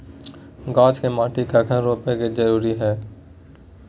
गाछ के माटी में कखन रोपय के जरुरी हय?